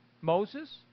Moses